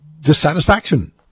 dissatisfaction